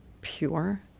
pure